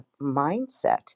mindset